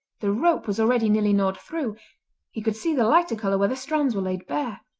the rope was already nearly gnawed through he could see the lighter colour where the strands were laid bare.